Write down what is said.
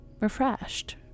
refreshed